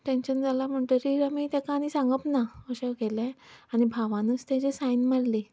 tension जालां म्हणटकीर आमी ताका आनी सांगप ना अशें केलें आनी भावानूच ताचेर सायन मारली